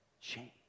change